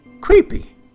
creepy